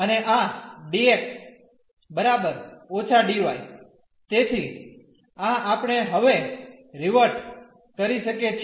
અને આ dx −dy તેથી આ આપણે હવે રીવર્ટ કરી શકીએ છીએ